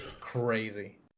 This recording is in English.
crazy